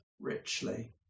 richly